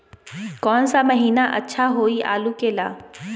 कौन सा महीना अच्छा होइ आलू के ला?